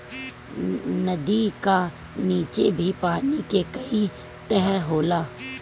नदी का नीचे भी पानी के कई तह होला